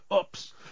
Oops